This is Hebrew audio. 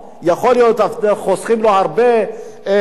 יכול להיות שאנחנו חוסכים לו הרבה מאשר